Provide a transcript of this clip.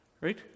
Right